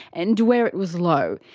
and where it was low.